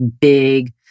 big